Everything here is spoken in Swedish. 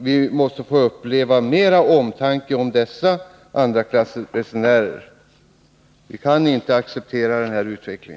Vi måste få uppleva mer omtanke om dessa andraklassresenärer. Vi kan inte acceptera någon annan utveckling.